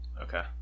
Okay